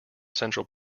central